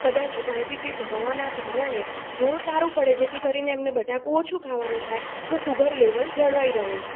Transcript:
કદાચ ડાયાબિટીસ હોવાના કારણે ઘણું સારું પડે જેથી કરીને અમને બટાકું ઓછુ ખાવાનું થાય તો સુગર લેવલ જળવાઈ રહે